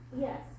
Yes